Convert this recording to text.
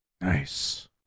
Nice